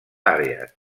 àrees